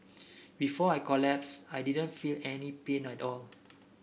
before I collapsed I didn't feel any pain at all